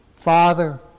Father